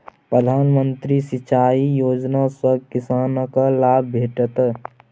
प्रधानमंत्री सिंचाई योजना सँ किसानकेँ लाभ भेटत